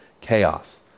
chaos